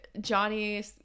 johnny